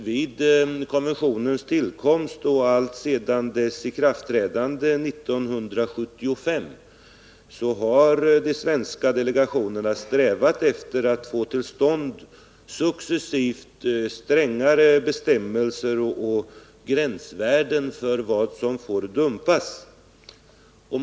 Vid konventionens tillkomst och alltsedan dess ikraftträdande 1975 har de svenska delegationerna strävat efter att få till stånd successivt strängare bestämmelser och gränsvärden för vad som får dumpas.